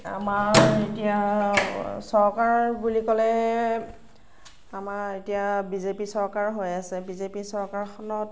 আমাৰ এতিয়া চৰকাৰ বুলি ক'লে আমাৰ এতিয়া বি জে পি চৰকাৰ হৈ আছে বি জে পি চৰকাৰখনত